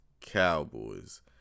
Cowboys